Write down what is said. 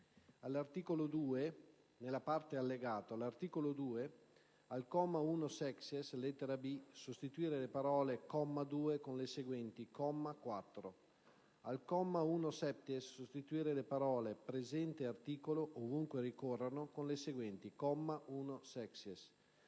materiali. Nella parte Allegato, all'articolo 2: al comma 1-*sexies,* lettera b), sostituire le parole: «comma 2» con le seguenti: «comma 4»; al comma 1-*septies,* sostituire le parole: «presente articolo», ovunque ricorrano, con le seguenti: «comma 1-*sexies*»;